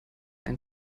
ein